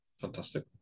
Fantastic